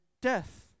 death